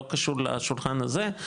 לא קשור לשולחן הזה,